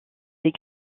des